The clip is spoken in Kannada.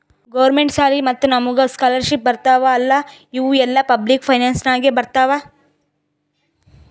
ಗೌರ್ಮೆಂಟ್ ಸಾಲಿ ಮತ್ತ ನಮುಗ್ ಸ್ಕಾಲರ್ಶಿಪ್ ಬರ್ತಾವ್ ಅಲ್ಲಾ ಇವು ಎಲ್ಲಾ ಪಬ್ಲಿಕ್ ಫೈನಾನ್ಸ್ ನಾಗೆ ಬರ್ತಾವ್